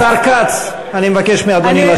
השר כץ, אני מבקש מאדוני לשבת.